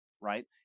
right